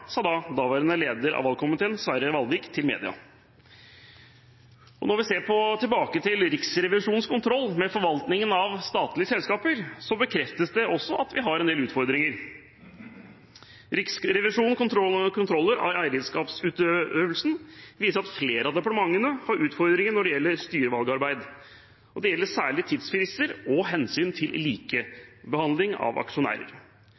sa daværende leder i valgkomiteen, Sverre Valvik, til media. Når vi ser tilbake på Riksrevisjonens kontroll med forvaltningen av statlige selskaper, bekreftes det at vi har en del utfordringer. Riksrevisjonens kontroller av eierskapsutøvelsen viser at flere av departementene har utfordringer når det gjelder styrevalgarbeid, og det gjelder særlig tidsfrister og hensynet til likebehandling av aksjonærer.